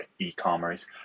e-commerce